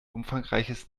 umfangreiches